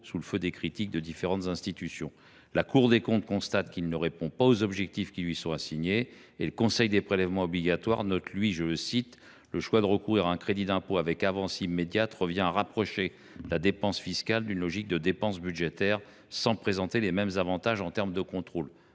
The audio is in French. essuie le feu des critiques de différentes institutions. La Cour des comptes constate qu’il ne répond pas aux objectifs qui lui sont assignés et le Conseil des prélèvements obligatoires note à son propos :« Le choix de recourir à un crédit d’impôt avec avance immédiate revient à rapprocher la dépense fiscale d’une logique de dépenses budgétaires sans présenter les mêmes avantages en termes de contrôle. »